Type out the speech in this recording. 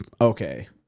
okay